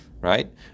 Right